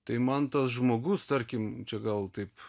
tai man tas žmogus tarkim čia gal taip